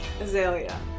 Azalea